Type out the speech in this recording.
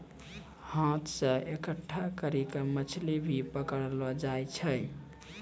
हाथ से इकट्ठा करी के मछली भी पकड़लो जाय छै